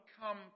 come